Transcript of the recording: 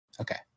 Okay